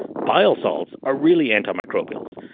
bile salts are really antimicrobials.